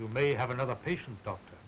you may have another patient doctor